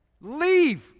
Leave